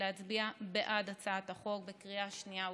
להצביע בעד הצעת החוק בקריאה שנייה ושלישית.